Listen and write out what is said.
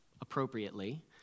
appropriately